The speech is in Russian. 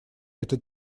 это